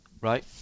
Right